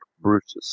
Brutus